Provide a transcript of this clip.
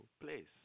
place